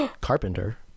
Carpenter